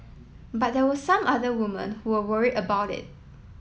but there were some other women who were worried about it